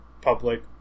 public